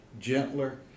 gentler